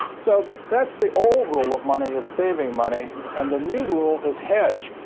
so that's the old rule of money, is saving money. and the new rule is hedge.